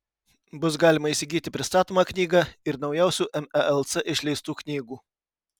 bus galima įsigyti pristatomą knygą ir naujausių melc išleistų knygų